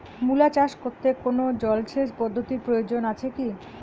মূলা চাষ করতে কোনো জলসেচ পদ্ধতির প্রয়োজন আছে কী?